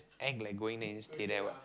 act like going then then you just stay there what